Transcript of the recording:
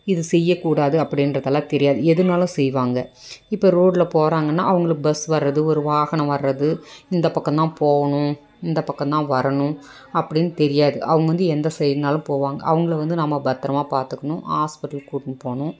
இது செய்யக்கூடாது அப்படின்றதெல்லாம் தெரியாது எதுனாலும் செய்வாங்க இப்போ ரோடில் போகிறாங்கன்னா அவங்களுக்கு பஸ் வர்றது ஒரு வாகனம் வர்றது இந்த பக்கம் தான் போகணும் இந்த பக்கம் தான் வரணும் அப்படின்னு தெரியாது அவங்க வந்து எந்த சைடுனாலும் போவாங்க அவங்கள வந்து நம்ம பத்தரமாக பார்த்துக்கணும் ஆஸ்பிட்டல்க்கு கூட்டினு போகணும்